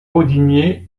bodinier